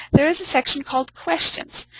there is a section called questions.